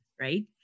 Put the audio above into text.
right